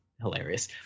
hilarious